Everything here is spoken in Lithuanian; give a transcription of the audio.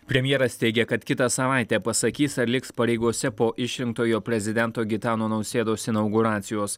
premjeras teigia kad kitą savaitę pasakys ar liks pareigose po išrinktojo prezidento gitano nausėdos inauguracijos